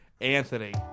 Anthony